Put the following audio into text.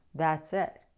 that's it.